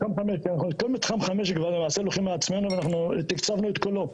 אותו מתחם 5, תקצבנו את כולו.